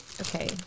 okay